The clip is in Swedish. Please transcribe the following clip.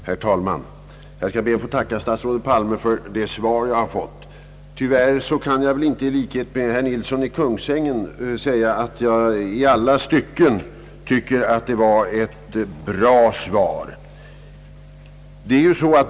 Herr talman! Jag ber att få tacka statsrådet Palme för det svar jag fått. Tyvärr kan jag inte i likhet med herr Nilsson i Kungsängen säga, att jag i alla stycken tycker att det var ett bra svar.